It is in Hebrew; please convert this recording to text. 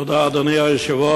תודה, אדוני היושב-ראש.